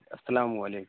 السلام علیکم